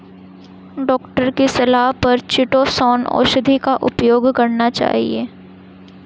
doctor की सलाह पर चीटोसोंन औषधि का उपयोग करना चाहिए